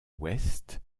ouest